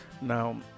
now